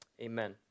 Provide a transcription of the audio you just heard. amen